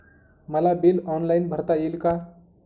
मला bill online भरता येईल का?